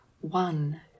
one